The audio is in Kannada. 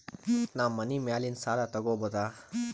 ನಾ ಮನಿ ಮ್ಯಾಲಿನ ಸಾಲ ತಗೋಬಹುದಾ?